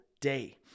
day